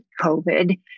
COVID